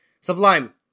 Sublime